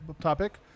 topic